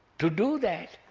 to do that,